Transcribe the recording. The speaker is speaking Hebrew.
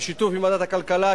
בשיתוף ועדת הכלכלה,